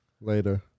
Later